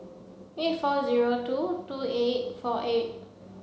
eight four zero two two eight four eight